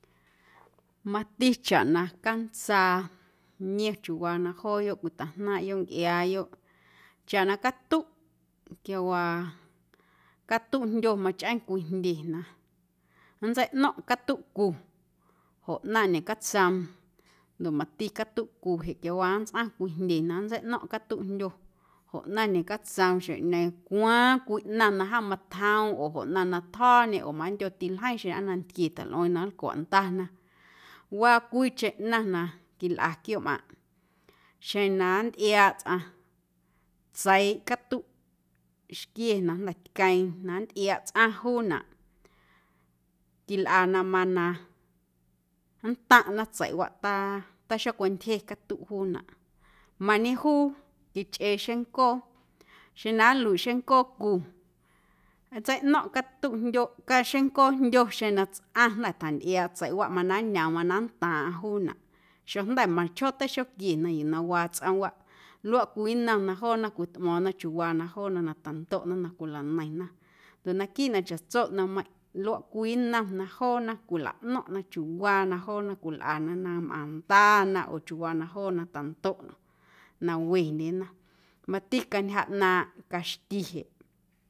Mati chaꞌ na cantsaa niom chiuwaa na jooyoꞌ cwitajnaaⁿꞌyoꞌ ncꞌiaayoꞌ chaꞌ na catuꞌ quiawaa catuꞌjndyo machꞌeeⁿ cwii jndye na nntseiꞌno̱ⁿꞌ catuꞌcu joꞌ ꞌnaⁿ ñecatsoom ndoꞌ mati catuꞌcu jeꞌ quiawaa nntsꞌaⁿ cwii jndye na nntseiꞌno̱ⁿꞌ catuꞌjndyo joꞌ ꞌnaⁿ ñecatsoom xjeⁿꞌñeeⁿ cwaaⁿ cwii ꞌnaⁿ na jom matjoom oo joꞌ na tjo̱ñe oo mandyo tiljeiⁿ xeⁿ aa nantquie tjalꞌueeⁿ na nlcwaꞌ ndana, waa cwiicheⁿ ꞌnaⁿ na quilꞌa quiooꞌmꞌaⁿꞌ xeⁿ na nntꞌiaaꞌ tsꞌaⁿ tseiiꞌ catuꞌxquie na jnda̱ tqueeⁿ na nntꞌiaaꞌ tsꞌaⁿ juunaꞌ quilꞌana mana na nntaⁿꞌna tseiꞌwaꞌ ta taxocwantyje catuꞌ juunaꞌ mañejuu quichꞌee xeⁿncoo xeⁿ na nluiꞌ xeⁿncoocu nntseiꞌno̱ⁿꞌ catuꞌjndyo caxeⁿncoojndyo xeⁿ na tsꞌaⁿ jnda̱ tjantꞌiaaꞌ tseiꞌwaꞌ mana nñoom mana nntaaⁿꞌaⁿ juunaꞌ xojnda̱ meiⁿchjoo taxoquiena yuu na waa tsꞌoomwaꞌ luaꞌ cwii nnom na joona cwitꞌmo̱o̱ⁿna chiuuwa na joona tandoꞌna na cwilaneiⁿna ndoꞌ naquiiꞌ na chaꞌtso ꞌnaⁿmeiⁿꞌ luaꞌ cwii nnom na joona cwilaꞌno̱ⁿꞌna chiuuwaa na joona cwilꞌana na mꞌaⁿ ndana oo chiuuwaa na joona tandoꞌna na wendyena. Mati cantyja ꞌnaaⁿꞌ caxti jeꞌ.